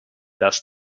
das